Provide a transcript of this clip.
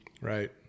right